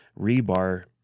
rebar